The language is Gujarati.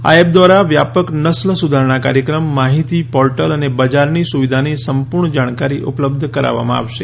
આ એપ દ્વારા વ્યાપક નસ્લ સુધારણા કાર્યક્રમ માહિતી પોર્ટલ અને બજારની સુવિધાની સંપૂર્ણ જાણકારી ઉપલબ્ધ કરાવવામાં આવશે